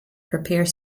prepare